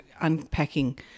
unpacking